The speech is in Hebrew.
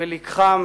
ולקחם